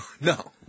no